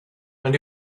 and